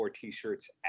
T-shirts